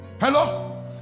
hello